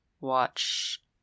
watch